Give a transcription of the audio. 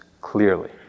clearly